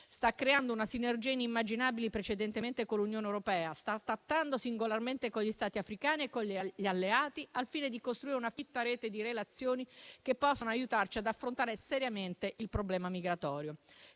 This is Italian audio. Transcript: sta creando una sinergia inimmaginabile precedentemente con l'Unione europea; sta trattando singolarmente con gli Stati africani e con gli alleati al fine di costruire una fitta rete di relazioni che possano aiutarci ad affrontare seriamente il problema migratorio.